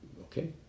Okay